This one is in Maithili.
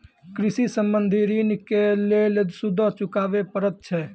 कृषि संबंधी ॠण के लेल सूदो चुकावे पड़त छै?